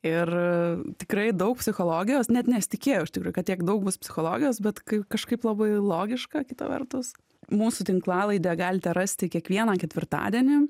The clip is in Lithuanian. ir tikrai daug psichologijos net nesitikėjau iš tikrųjų kad tiek daug bus psichologijos bet kažkaip labai logiška kita vertus mūsų tinklalaidę galite rasti kiekvieną ketvirtadienį